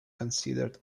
considered